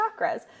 chakras